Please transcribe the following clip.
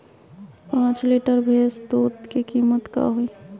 पाँच लीटर भेस दूध के कीमत का होई?